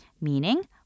Meaning